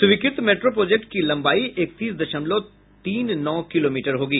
स्वीकृत metro project की लंबाई एकतीस दशमलव तीन नौ किलोमीटर होगी